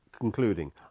Concluding